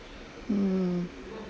um